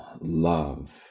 love